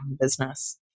business